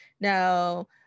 Now